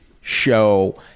show